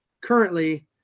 currently